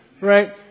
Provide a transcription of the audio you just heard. Right